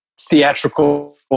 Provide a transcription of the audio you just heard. theatrical